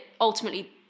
ultimately